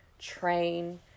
train